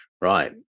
Right